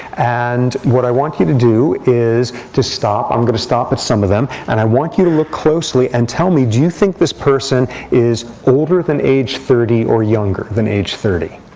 and what i want you to do is to stop. i'm going to stop at some of them. and i want you to look closely. and tell me, do you think this person is older than age thirty or younger than age thirty?